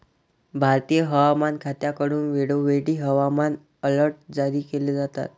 भारतीय हवामान खात्याकडून वेळोवेळी हवामान अलर्ट जारी केले जातात